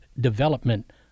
development